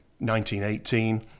1918